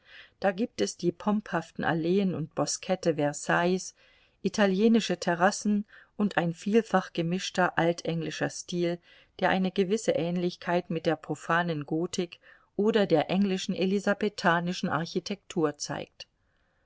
da gibt es die pomphaften alleen und boskette versailles italienische terrassen und ein vielfach gemischter altenglischer stil der eine gewisse ähnlichkeit mit der profanen gotik oder der englischen elisabethanischen architektur zeigt